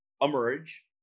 emerge